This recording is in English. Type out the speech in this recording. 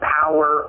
power